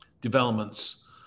developments